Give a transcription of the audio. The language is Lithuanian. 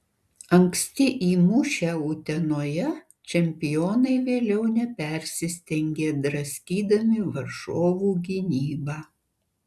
anksti įmušę utenoje čempionai vėliau nepersistengė draskydami varžovų gynybą